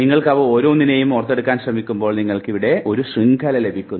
നിങ്ങൾ അവ ഓരോന്നിനെയും ഓർത്തെടുക്കാൻ ശ്രമിക്കുമ്പോൾ നിങ്ങൾക്ക് ഇവിടെ ഒരു ശൃംഖല ലഭിക്കുന്നു